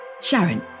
Sharon